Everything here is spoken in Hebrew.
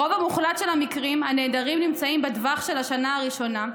ברוב המוחלט של המקרים הנעדרים נמצאים בטווח של השנה הראשונה,